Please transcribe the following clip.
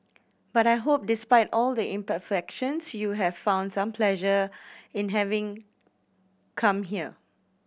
but I hope despite all the imperfections you have found some pleasure in having come here